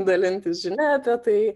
dalintis žinia apie tai